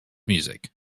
music